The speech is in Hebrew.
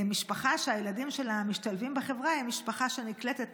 משפחה שהילדים שלה משתלבים בחברה היא משפחה שנקלטת